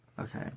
Okay